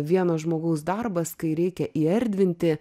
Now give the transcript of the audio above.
vieno žmogaus darbas kai reikia įerdvinti